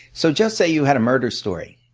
so just say you had a murder story,